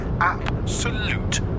Absolute